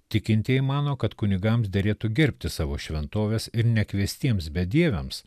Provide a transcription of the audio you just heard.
tikintieji mano kad kunigams derėtų gerbti savo šventoves ir nekviestiems bedieviams